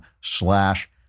slash